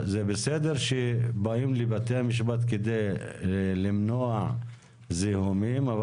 זה בסדר שבאים לבתי המשפט כדי למנוע זיהומים אבל